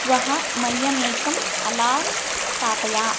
श्वः मह्यम् एकम् अलार्म् स्थापय